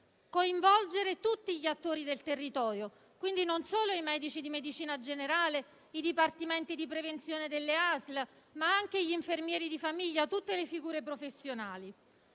coinvolgere tutti gli attori del territorio, quindi non solo i medici di medicina generale e i dipartimenti di prevenzione delle ASL, ma anche gli infermieri di famiglia e tutte le figure professionali;